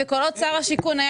שר השיכון,